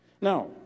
Now